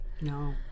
No